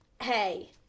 Hey